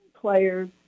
players